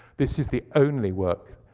this is the only work,